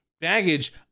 baggage